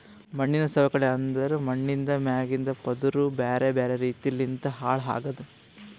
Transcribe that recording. ಮಣ್ಣಿನ ಸವಕಳಿ ಅಂದುರ್ ಮಣ್ಣಿಂದ್ ಮ್ಯಾಗಿಂದ್ ಪದುರ್ ಬ್ಯಾರೆ ಬ್ಯಾರೆ ರೀತಿ ಲಿಂತ್ ಹಾಳ್ ಆಗದ್